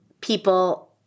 people